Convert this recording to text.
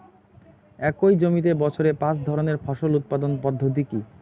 একই জমিতে বছরে পাঁচ ধরনের ফসল উৎপাদন পদ্ধতি কী?